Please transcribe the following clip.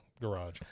garage